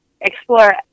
explore